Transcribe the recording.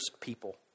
people